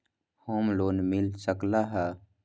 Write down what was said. Home loan मिल सकलइ ह?